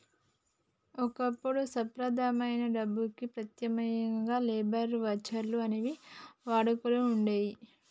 ఒకప్పుడు సంప్రదాయమైన డబ్బుకి ప్రత్యామ్నాయంగా లేబర్ వోచర్లు అనేవి వాడుకలో వుండేయ్యి